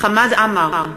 חמד עמאר,